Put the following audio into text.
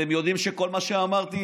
אתם יודעים שכל מה שאמרתי,